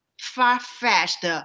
far-fetched